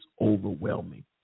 overwhelming